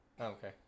Okay